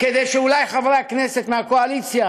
כדי שחברי הכנסת מהקואליציה